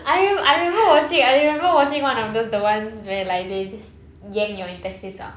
I remem~ I remember watching I remember watching one of those the ones where like they just yank your intestines out